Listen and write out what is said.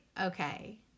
okay